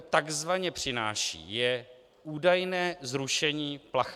Takzvaně přináší údajné zrušení plachet.